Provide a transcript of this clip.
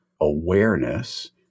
awareness